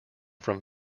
from